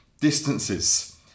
distances